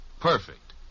Perfect